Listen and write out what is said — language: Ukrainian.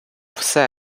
все